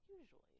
Usually